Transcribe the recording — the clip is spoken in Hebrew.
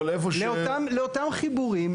אבל איפה --- לאותם חיבורים,